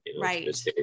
right